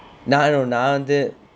நான்:naan no நான் வந்து:naan vanthu